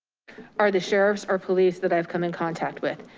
are the sheriffs or police that i've come in contact with.